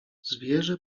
zwierzę